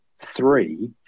three